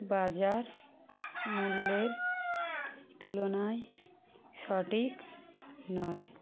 বাজার মুল্যের তুলনায় সঠিক নয়